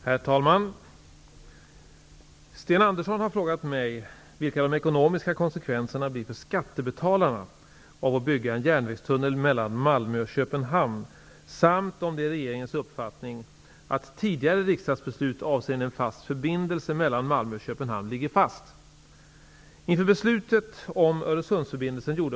Herr talman! Sten Andersson i Malmö har frågat mig vilka de ekonomiska konsekvenserna blir för skattebetalarna av att bygga en järnvägstunnel mellan Malmö och Köpenhamn samt om det är regeringens uppfattning att tidigare riksdagsbeslut avseende en fast förbindelse mellan Malmö och Köpenhamn ligger fast.